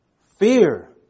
Fear